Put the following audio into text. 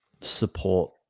support